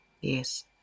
yes